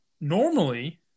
normally